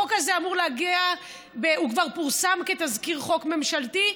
החוק הזה כבר פורסם כתזכיר חוק ממשלתי,